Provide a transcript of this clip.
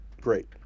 great